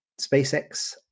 SpaceX